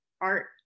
art